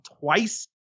twice